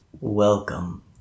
Welcome